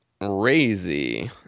crazy